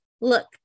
look